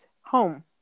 home